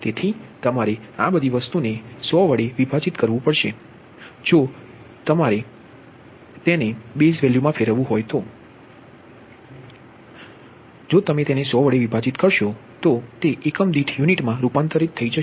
તેથી તમારે આ બધી વસ્તુને 100 દ્વારા વિભાજીત કરવી પડશે કારણ કે બેઝ આધાર 100 આપેલ છે કે જેથી તે એકમ દીઠ યુનિટ મા રૂપાંતરિત થઈ શકે